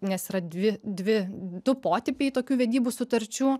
nes yra dvi dvi du potipiai tokių vedybų sutarčių